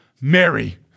Mary